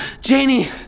Janie